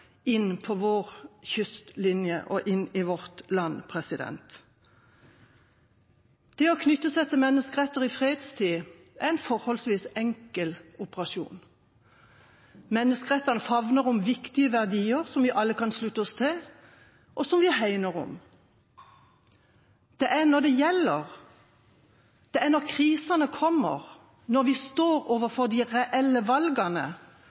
vår kystlinje og inn i vårt land. Det å knytte seg til menneskeretter i fredstid er en forholdsvis enkel operasjon. Menneskerettene favner om viktige verdier som vi alle kan slutte oss til, og som vi hegner om. Det er når det gjelder, når krisene kommer, når vi står overfor de reelle valgene,